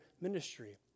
ministry